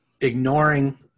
ignoring